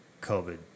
COVID